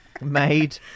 made